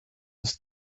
ist